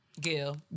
Gil